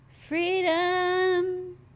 Freedom